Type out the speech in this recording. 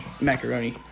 macaroni